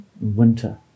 winter